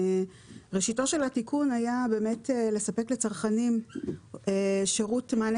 ראשיתו של התיקון היה באמת לספק לצרכנים שירות מענה